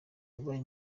yabaye